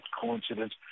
coincidence